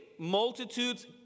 Multitudes